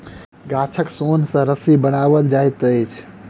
गाछक सोन सॅ रस्सी बनाओल जाइत अछि